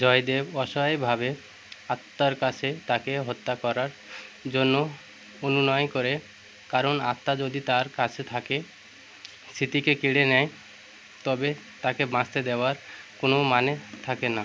জয়দেব অসহায়ভাবে আত্মার কাছে তাকে হত্যা করার জন্য অনুনয় করে কারণ আত্মা যদি তার কাছে থাকে স্মৃতিকে কেড়ে নেয় তবে তাকে বাঁচতে দেওয়ার কোনও মানে থাকে না